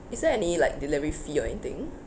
is there any like delivery fee or anything